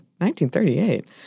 1938